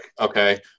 okay